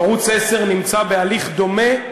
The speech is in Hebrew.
ערוץ 10 נמצא בהליך דומה,